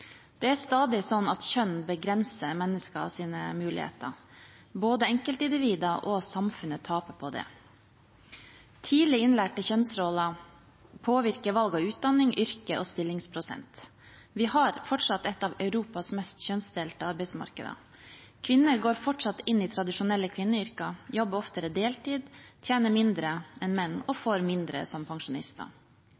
Det er stadig slik at kjønn begrenser menneskenes muligheter. Både enkeltindivider og samfunnet taper på det. Tidlig innlærte kjønnsroller påvirker valg av utdanning, yrke og stillingsprosent. Vi har fortsatt et av Europas mest kjønnsdelte arbeidsmarkeder. Kvinner går fortsatt inn i tradisjonelle kvinneyrker, jobber oftere deltid, tjener mindre enn menn og